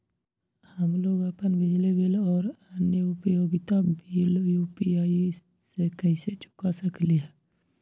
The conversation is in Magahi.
हम लोग अपन बिजली बिल और अन्य उपयोगिता बिल यू.पी.आई से चुका सकिली ह